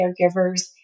caregivers